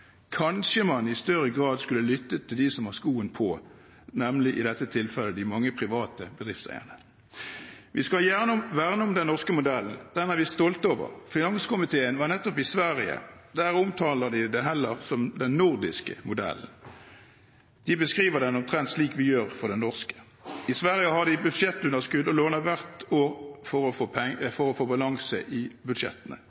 Kanskje man i større grad skulle lyttet til dem som har skoen på, i dette tilfellet de mange private bedriftseierne. Vi skal verne om den norske modellen. Den er vi stolte over. Finanskomiteen var nettopp i Sverige. Der omtaler de den heller som den nordiske modellen. De beskriver den omtrent slik vi gjør for den norske. I Sverige har de budsjettunderskudd og låner hvert år for å få